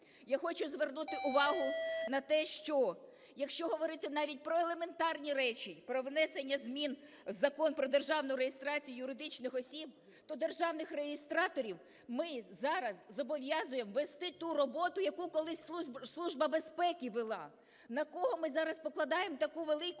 Я хочу звернути увагу на те, що, якщо говорити навіть про елементарні речі, про внесення змін у Закон про державну реєстрацію юридичних осіб, то державних реєстраторів ми зараз зобов'язуємо вести ту роботу, яку колись Служба безпеки вела. На кого ми зараз покладаємо таку велику